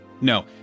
no